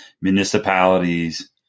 municipalities